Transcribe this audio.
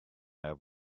have